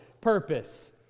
purpose